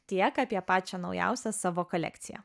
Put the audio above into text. tiek apie pačią naujausią savo kolekciją